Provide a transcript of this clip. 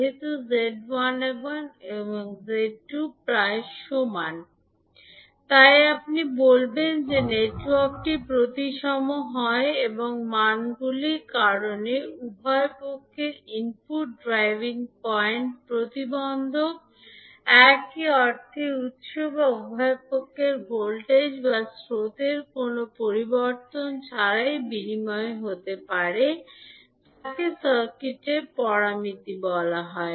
যেহেতু 𝐳11 এবং 𝐳22 সমান তাই আপনি বলবেন যে নেটওয়ার্কটি প্রতিসম হয় এবং যে মানগুলির কারণে উভয় পক্ষের ইনপুট ড্রাইভিং পয়েন্ট প্রতিবন্ধক একই অর্থ উত্স বা উভয় পক্ষের ভোল্টেজ বা স্রোত কোনও পরিবর্তন ছাড়াই বিনিময় হতে পারে সার্কিট প্যারামিটার